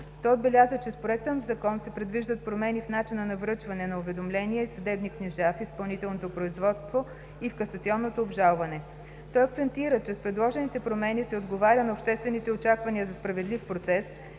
Той отбеляза, че със Законопроекта се предвиждат промени в начина на връчване на уведомления и съдебни книжа в изпълнителното производство и в касационното обжалване. Той акцентира, че с предложените промени се отговаря на обществените очаквания за справедлив процес,